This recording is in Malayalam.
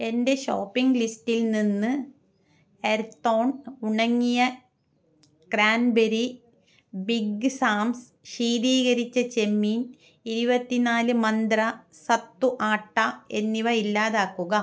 എന്റെ ഷോപ്പിംഗ് ലിസ്റ്റിൽ നിന്ന് എർത്തോൺ ഉണങ്ങിയ ക്രാൻബെറി ബിഗ് സാംസ് ശീതീകരിച്ച ചെമ്മീൻ ഇരുവത്തി നാല് മന്ത്ര സത്തു ആട്ട എന്നിവ ഇല്ലാതാക്കുക